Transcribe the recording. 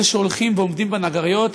אלה שהולכים ועובדים בנגריות,